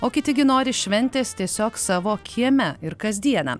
o kiti gi nori šventės tiesiog savo kieme ir kasdieną